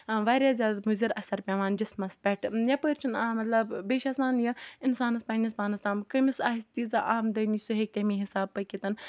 واریاہ زیادٕ مُضِر اَثَر پیٚوان جِسمَس پیٚٹھ یَپٲرۍ چھُنہٕ آ مَطلَب بیٚیہِ چھُ آسان یہِ اِنسانَس پَننِس پانَس تام کٔمِس آسہِ تیٖژاہ آمدٲنی سُہ ہیٚکہِ تمہِ حِساب پٔکِتھ